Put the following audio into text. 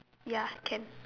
ya can